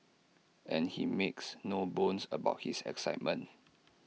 and he makes no bones about his excitement